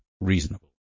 reasonable